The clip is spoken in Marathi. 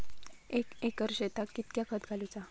एक एकर शेताक कीतक्या खत घालूचा?